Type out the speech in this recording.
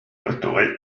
restauré